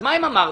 אז מה אם אמרת?